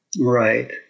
Right